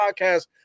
podcast